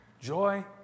Joy